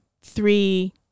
three